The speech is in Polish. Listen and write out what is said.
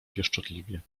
pieszczotliwie